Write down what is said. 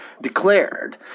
declared